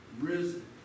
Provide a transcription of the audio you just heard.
risen